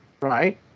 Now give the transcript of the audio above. right